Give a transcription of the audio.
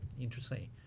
interesting